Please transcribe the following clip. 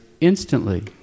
instantly